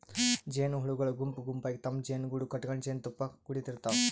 ಜೇನಹುಳಗೊಳ್ ಗುಂಪ್ ಗುಂಪಾಗಿ ತಮ್ಮ್ ಜೇನುಗೂಡು ಕಟಗೊಂಡ್ ಜೇನ್ತುಪ್ಪಾ ಕುಡಿಡ್ತಾವ್